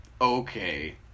okay